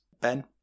Ben